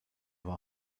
war